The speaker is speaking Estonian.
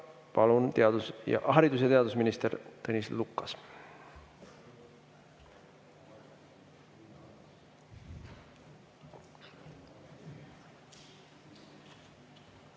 palun siia haridus‑ ja teadusminister Tõnis Lukase.